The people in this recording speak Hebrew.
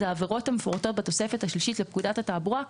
העבירות המפורטות בתוספת השלישית הן פקודת התעבורה,